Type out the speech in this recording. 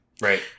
Right